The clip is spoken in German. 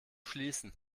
schließen